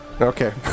Okay